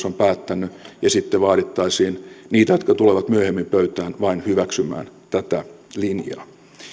on päättänyt ja sitten vaadittaisiin niitä jotka tulevat myöhemmin pöytään vain hyväksymään tätä linjaa